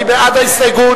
מי בעד ההסתייגות?